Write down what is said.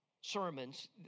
sermons